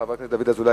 חבר הכנסת דוד אזולאי,